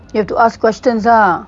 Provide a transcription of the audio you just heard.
you have to ask questions ah